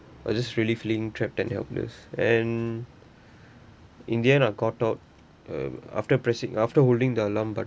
I just really feeling trapped and helpless and in the end I got out uh after pressing after holding the alarm but